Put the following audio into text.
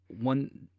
one